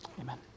amen